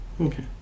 okay